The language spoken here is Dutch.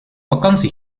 vakantie